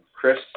Chris